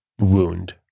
wound